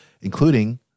including